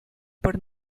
por